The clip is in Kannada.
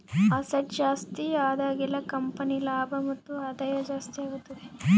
ಅಸೆಟ್ ಜಾಸ್ತಿ ಆದಾಗೆಲ್ಲ ಕಂಪನಿ ಲಾಭ ಮತ್ತು ಆದಾಯ ಜಾಸ್ತಿ ಆಗುತ್ತೆ